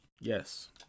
Yes